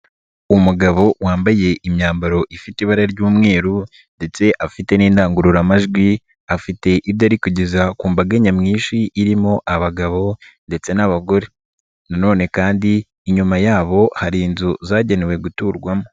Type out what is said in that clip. Umugabo wambaye imyambaro ifite ibara ry'umweru ndetse afite n'indangururamajwi afite ibyo ari kugeza ku mbaga nyamwinshi irimo abagabo ndetse n'abagore, nanone kandi inyuma yabo hari inzu zagenewe guturwamo.